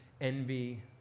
envy